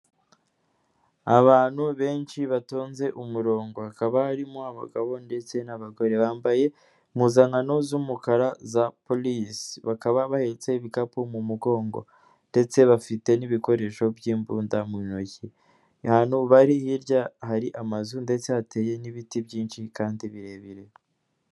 Abantu benshi batonze umurongo, hakaba harimo abagabo ndetse n'abagore bambaye impuzankano z'umukara za polisi, bakaba bahetse ibikapu mu mugongo ndetse bafite n'ibikoresho by'imbunda mu ntoki, ahantu bari hirya hari amazu ndetse hateye n'ibiti byinshi kandi birebire.